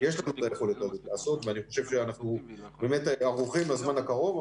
יש לנו את היכולת לעשות את זה ואני חושב שאנחנו באמת ערוכים בזמן הקרוב,